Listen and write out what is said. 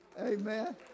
Amen